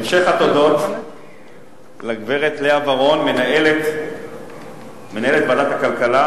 המשך התודות לגברת לאה ורון, מנהלת ועדת הכלכלה,